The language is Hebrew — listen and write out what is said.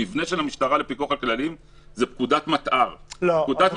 המבנה של המשטרה לפיקוח על הכללים זה פקודות מטא"ר --- אדוני,